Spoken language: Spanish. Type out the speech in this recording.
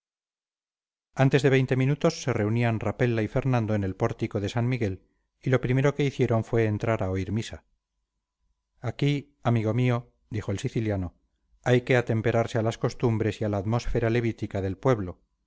antes de veinte minutos se reunían rapella y fernando en el pórtico de san miguel y lo primero que hicieron fue entrar a oír misa aquí amigo mío dijo el siciliano hay que atemperarse a las costumbres y a la atmósfera levítica del pueblo